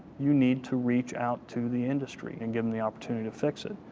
you need to reach out to the industry and give them the opportunity to fix it.